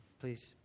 please